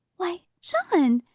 why, john!